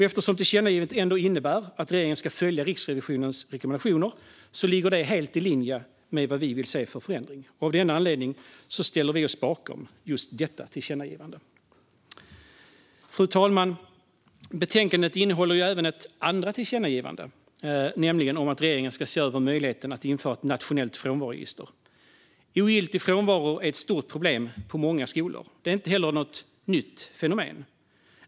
Eftersom tillkännagivandet innebär att regeringen ska följa Riksrevisionens rekommendationer ligger det helt i linje med vad vi vill se för förändringar. Av denna anledning ställer vi oss bakom just detta tillkännagivande. Fru talman! Betänkandet innehåller även ett andra tillkännagivande, nämligen om att regeringen ska se över möjligheten att införa ett nationellt frånvaroregister. Ogiltig frånvaro är ett stort problem på många skolor, och det är inte något nytt fenomen.